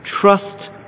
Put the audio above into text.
Trust